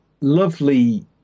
lovely